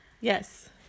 Yes